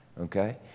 okay